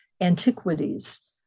antiquities